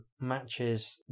matches